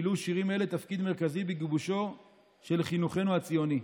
מילאו שירים אלו תפקיד מרכזי בגיבושו של חינוכנו הציוני,